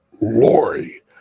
Lori